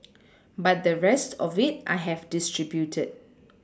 but the rest of it I have distributed